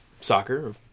soccer